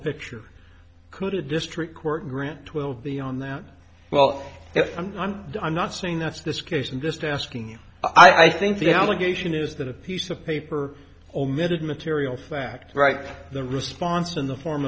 picture could a district court grant twelve beyond that well if i'm i'm i'm not saying that's this case i'm just asking i think the allegation is that a piece of paper omitted material fact right the response in the form